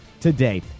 Today